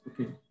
Okay